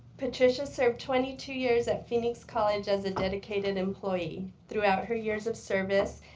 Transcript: patricia served twenty two years at phoenix college as a dedicated employee. throughout her years of service,